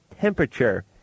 temperature